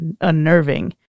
unnerving